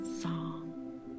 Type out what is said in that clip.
song